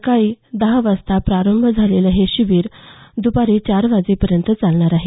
सकाळी दहा वाजता प्रारंभ झालेलं हे शिबीर दुपारी चार वाजेपर्यंत चालणार आहे